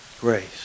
Grace